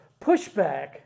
pushback